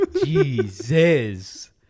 Jesus